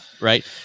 Right